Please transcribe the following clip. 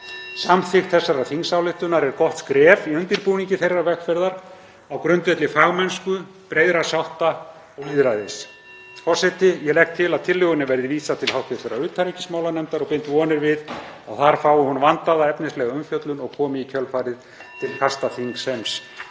Samþykkt þessarar þingsályktunar er gott skref í undirbúningi þeirrar vegferðar á grundvelli fagmennsku, breiðra sátta og lýðræðis. Forseti. Ég legg til að tillögunni verði vísað til hv. utanríkismálanefndar og bind vonir við að þar fái hún vandaða efnislega umfjöllun og komi í kjölfarið til kasta þingsins